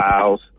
files